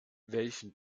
welchen